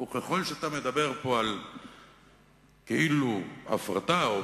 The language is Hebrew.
וככל שאתה מדבר פה כאילו על הפרטה או,